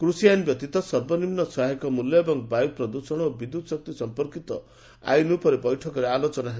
କୃଷି ଆଇନ ବ୍ୟତୀତ ସର୍ବନିମ୍ନ ସହାୟକ ମୂଲ୍ୟ ଏବଂ ବାୟୁ ପ୍ରଦ୍ଷଣ ଓ ବିଦ୍ୟୁତ୍ ଶକ୍ତି ସମ୍ପର୍କିତ ଆଇନ ଉପରେ ବୈଠକରେ ଆଲୋଚନା ହେବ